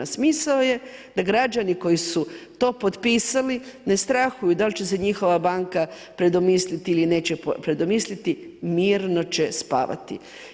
Smisao je da građani koji su to potpisali ne strahuju dal će se njihova banka predomisliti ili neće predomisliti, mirno će spavati.